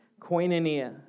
Koinonia